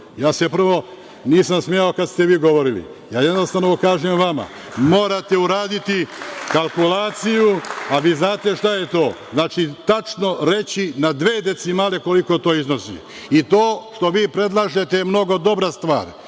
ja se prvo nisam smejao kada ste vi govorili, ja jednostavno kažem vama da morate uraditi kalkulaciju, a vi znate šta je to. Znači, tačno reći na dve decimale koliko to iznosi. To što vi predlažete je mnogo dobra stvar